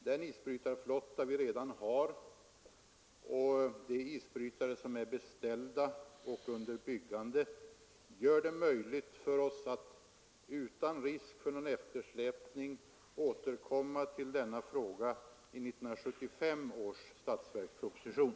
Den isbrytarflotta vi redan har och de isbrytare som är beställda och under byggnad gör det möjligt för oss att utan risk för någon eftersläpning återkomma till denna fråga i 1975 års statsverksproposition.